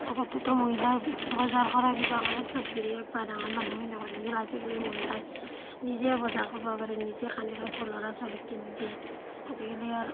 আগতেতো মহিলাই বজাৰ কৰা কিবা কৰা চব গিৰিয়েক বা ডাঙাৰ মানুহখিনিয়ে কৰি দিছিল আজিকালি মহিলাই নিজে বজাৰ কৰিব পাৰেই নিজে কানি কাপোৰ ল'ৰা ছোৱালীক কিনি দিয়ে আজিকালি আৰু